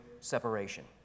separation